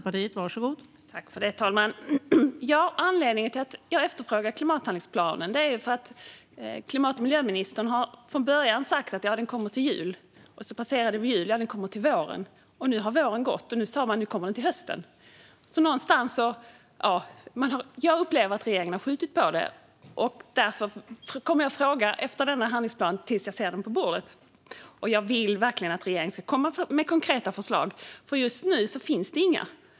Fru talman! Anledningen till att jag efterfrågar klimathandlingsplanen är att klimat och miljöministern från början sa att den skulle komma till jul. När vi sedan passerade julen skulle den komma till våren. Nu har våren gått, och nu säger hon att den kommer till hösten. Jag upplever att regeringen har skjutit på den. Därför kommer jag att fråga efter denna handlingsplan tills jag ser den på bordet. Och jag vill verkligen att regeringen ska komma med konkreta förslag, för just nu finns det inga.